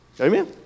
Amen